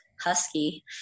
husky